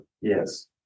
Yes